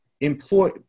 employ